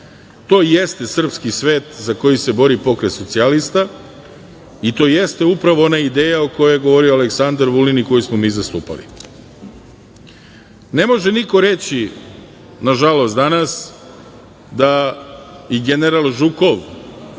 To jeste srpski svet za koji se bori Pokret socijalista i to jeste upravo ona ideja o kojoj je govorio Aleksandar Vulin i koji smo mi zastupali. Ne može niko reći, nažalost, danas da i general Žukov